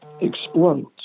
explodes